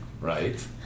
Right